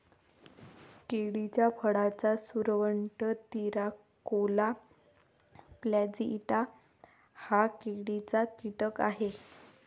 केळीच्या फळाचा सुरवंट, तिराकोला प्लॅजिएटा हा केळीचा कीटक आहे